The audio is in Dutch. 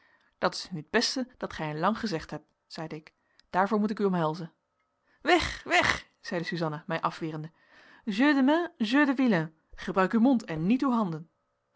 dat is nu het beste dat gij in lang gezegd hebt zeide ik daarvoor moet ik u omhelzen weg weg zeide suzanna mij afwerende jeux de mains jeux de vilains gebruik uw mond en niet uw handen